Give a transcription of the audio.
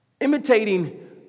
Imitating